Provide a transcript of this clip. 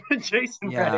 Jason